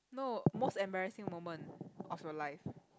no most embarrassing moment of your life